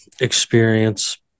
experience